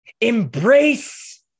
Embrace